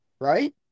Right